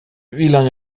lange